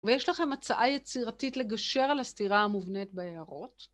ויש לכם הצעה יצירתית לגשר על הסתירה המובנית בהערות.